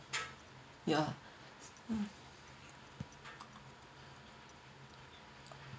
ya mm